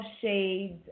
Shades